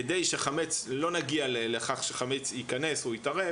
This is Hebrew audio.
כדי שלא נגיע לכך שחמץ ייכנס או יתערב